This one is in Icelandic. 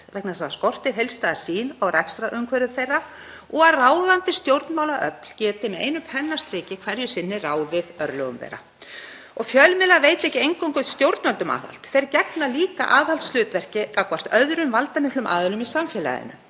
þess að það skortir heildstæða sýn á rekstrarumhverfi þeirra og að ráðandi stjórnmálaöfl geti með einu pennastriki hverju sinni ráðið örlögum þeirra. Fjölmiðlar veita ekki eingöngu stjórnvöldum aðhald, þeir gegna líka aðhaldshlutverki gagnvart öðrum valdamiklum aðilum í samfélaginu.